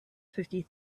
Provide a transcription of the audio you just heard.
fifty